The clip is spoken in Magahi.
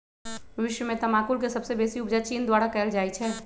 विश्व में तमाकुल के सबसे बेसी उपजा चीन द्वारा कयल जाइ छै